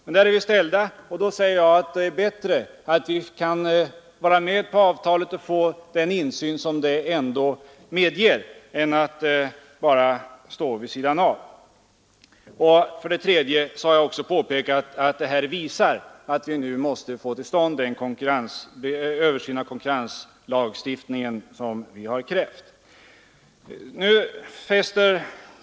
Men där är vi ställda, och då säger jag att det är bättre att vi kan vara med på avtalet och få den insyn som det ändå medger än att bara stå vid sidan om. Jag har också påpekat att detta visar att vi nu måste få till stånd den översyn av konkurrenslagstiftningen, som vi har krävt.